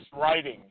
writing